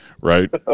right